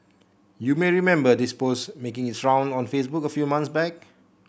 you may remember this post making its round on Facebook a few month back